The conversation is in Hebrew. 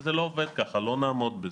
זה לא עובד ככה, לא נעמוד בזה.